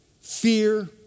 fear